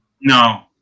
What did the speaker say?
no